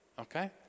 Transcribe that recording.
Okay